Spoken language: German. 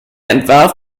entwarf